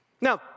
Now